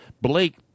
Blake